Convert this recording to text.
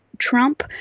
Trump